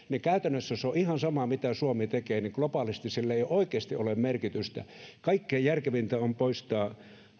käytännössä on ihan sama mitä suomi tekee globaalisti sillä ei oikeasti ole merkitystä kaikkein järkevintä on poistaa